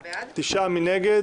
הצבעה בעד, 9 נגד,